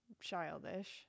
Childish